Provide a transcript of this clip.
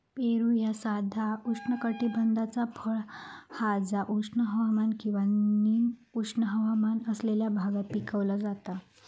पेरू ह्या साधा उष्णकटिबद्धाचा फळ हा जा उष्ण हवामान किंवा निम उष्ण हवामान असलेल्या भागात पिकवला जाता